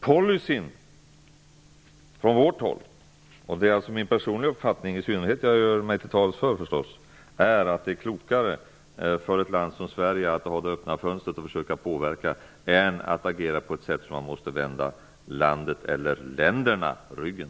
Policyn från vårt håll -- det är förstås i synnerhet min personliga uppfattning jag gör mig till tals för -- är att det är klokare för ett land som Sverige att hålla fönstret öppet och försöka påverka än att attackera på ett sätt så att man måste vända landet eller länderna ryggen.